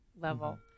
level